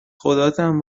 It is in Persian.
خداتم